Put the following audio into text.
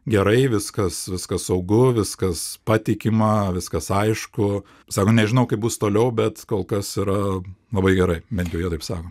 gerai viskas viskas saugu viskas patikima viskas aišku sako nežinau kaip bus toliau bet kol kas yra labai gerai bent jau jie taip sako